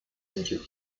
into